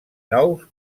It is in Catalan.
nous